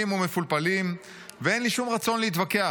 ומפולפלים ואין לי שום רצון להתווכח.